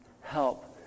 help